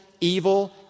evil